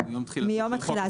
מיום התחילה,